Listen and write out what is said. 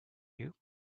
you